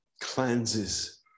cleanses